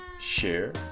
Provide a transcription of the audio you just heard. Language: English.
share